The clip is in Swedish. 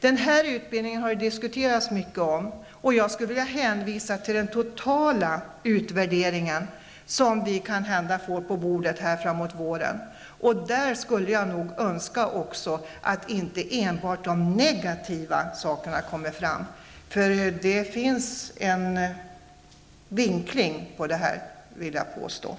Det har diskuterats mycket kring denna utbildning, och jag skulle vilja hänvisa till den totala utvärderingen, som vi kanhända får på bordet framåt våren. Jag skulle då önska att inte enbart de negativa sakerna kommer fram i den utvärderingen. Jag vill nämligen påstå att det finns en vinkling på detta.